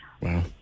Wow